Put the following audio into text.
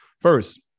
First